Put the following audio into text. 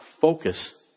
focus